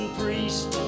priest